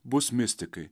bus mistikai